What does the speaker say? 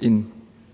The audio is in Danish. en